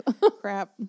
Crap